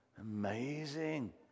Amazing